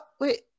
wait